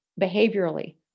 behaviorally